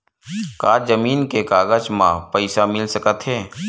का जमीन के कागज म पईसा मिल सकत हे?